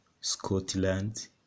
Scotland